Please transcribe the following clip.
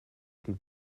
und